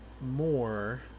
more